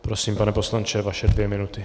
Prosím, pane poslanče, vaše dvě minuty.